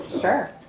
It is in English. Sure